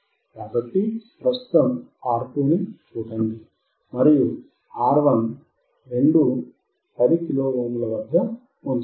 కాబట్టి ప్రస్తుతం R2 ని చూడండి మరియు R1 రెండూ 10 కిలో ఓమ్ ల వద్ద ఉంచబడ్డాయి